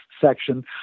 section